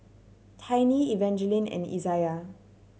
Tiny Evangeline and Izayah